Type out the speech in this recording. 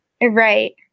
Right